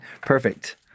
Perfect